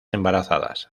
embarazadas